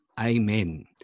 Amen